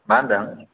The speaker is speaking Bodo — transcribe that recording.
मा होनदों